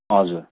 हजुर